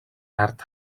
ард